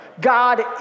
God